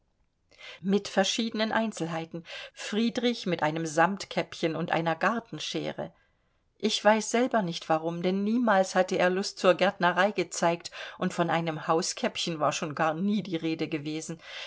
mit verschiedenen einzelheiten friedrich mit einem sammtkäppchen und einer gartenscheere ich weiß selber nicht warum denn niemals hatte er lust zur gärtnerei gezeigt und von einem hauskäppchen war schon gar nie die rede gewesen